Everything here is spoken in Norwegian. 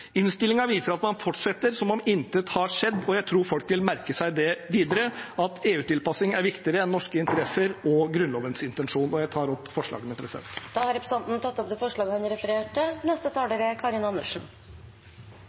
viser at man fortsetter som om intet har skjedd, og jeg tror folk vil merke seg videre at EU-tilpasning er viktigere enn norske interesser og Grunnlovens intensjon. Jeg tar opp forslagene fra Senterpartiet og SV. Representanten Ole André Myhrvold har tatt opp forslagene han refererte til.